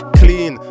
clean